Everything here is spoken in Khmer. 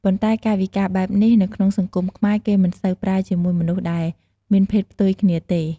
ប៉ុន្តែកាយវិការបែបនេះ នៅក្នុងសង្គមខ្មែរគេមិនសូវប្រើជាមួយមនុស្សដែរមានភេទផ្ទុយគ្នាទេ។